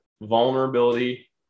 vulnerability